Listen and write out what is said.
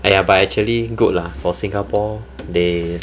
!aiya! but actually good lah for singapore they